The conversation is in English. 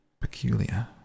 Peculiar